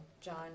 John